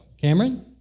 Cameron